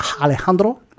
Alejandro